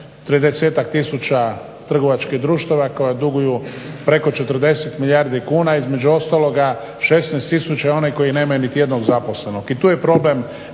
tisuća trgovačkih društava koja duguju preko 40 milijardi kuna, između ostaloga 16 tisuća one koje nemaju niti jednog zaposlenog.